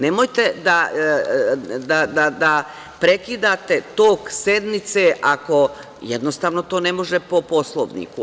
Nemojte da prekidate tok sednice, jednostavno to ne može po Poslovniku.